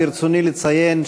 ברצוני לציין,